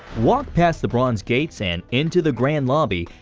walk past the bronze gates and into the grand lobby,